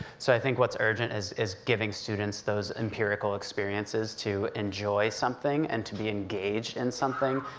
so i think what's urgent, is is giving students those empirical experiences to enjoy something, and to be engaged in something,